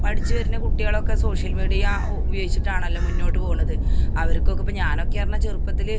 പഠിച്ചു വരുന്ന കുട്ടികളൊക്കെ സോഷ്യൽ മീഡിയ ഉപയോഗിച്ചിട്ടാണല്ലോ മുന്നോട്ടു പോകണത് അവർക്കൊക്കെ ഇപ്പോൾ ഞാൻ ഒക്കെയായിരുന്ന ചെറുപ്പത്തിൽ